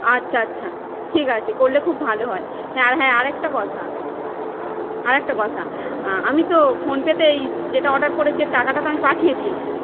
আচ্ছা আচ্ছা ঠিক আছে করলে খুব ভালো হয় হ্যাঁ আর হ্যাঁ আর একটা কথা আর একটা কথা আমি তো ফোনপেতেই যেটা অর্ডার করেছি এর টাকাটা তো আমি পাঠিয়ে দিয়েছি